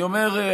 אני אומר,